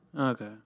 okay